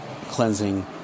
cleansing